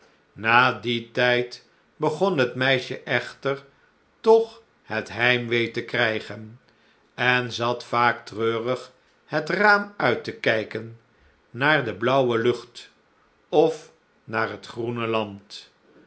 na dien tijd begon het meisje echter toch het heimwee te krijgen en zat vaak treurig het raam uit te kijken naar de blaauwe lucht of naar het groene land